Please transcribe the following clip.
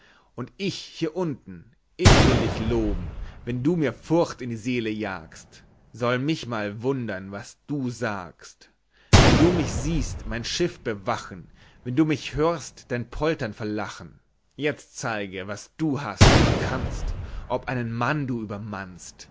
und ich hier unten ich will dich loben wenn du mir furcht in die seele jagst soll mich mal wundern was du sagst wenn du mich siehst mein schiff bewachen wenn du mich hörst dein poltern verlachen jetzt zeige was du hast und kannst ob einen mann du übermannst